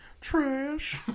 Trash